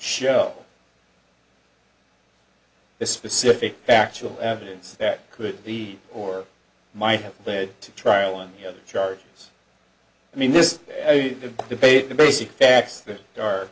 show the specific factual evidence that could be or might have led to trial and other charges i mean this debate the basic facts